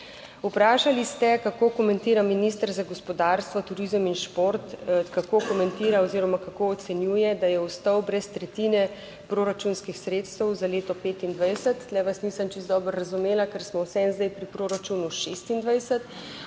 Vprašali ste, kako komentira minister za gospodarstvo, turizem in šport, kako komentira oziroma kako ocenjuje, da je ostal brez tretjine proračunskih sredstev za leto 2025? Tu vas nisem čisto dobro razumela, ker smo vseeno zdaj pri proračunu 2026,